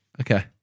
Okay